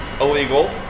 Illegal